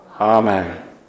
Amen